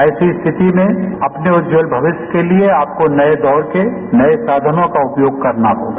ऐसी स्थिति में अपने उज्जवल भविष्य के लिए आपको नए दौर के नए साधनों का उपयोग करना होगा